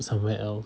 somewhere else